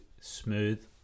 smooth